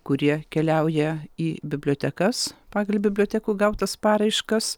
kurie keliauja į bibliotekas pagal bibliotekų gautas paraiškas